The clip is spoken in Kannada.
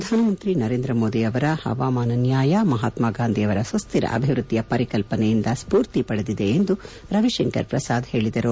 ಪ್ರಧಾನಮಂತ್ರಿ ನರೇಂದ್ರ ಮೋದಿ ಅವರ ಹವಾಮಾನ ನ್ಯಾಯ ಮಹಾತ್ಮಾ ಗಾಂಧಿ ಅವರ ಸುಸ್ವರ ಅಭಿವೃದ್ದಿಯ ಪರಿಕಲ್ಪನೆಯಿಂದ ಸ್ಫೂರ್ತಿ ಪಡೆದಿದೆ ಎಂದು ರವಿಶಂಕರ್ ಪ್ರಸಾದ್ ಹೇಳಿದರು